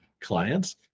clients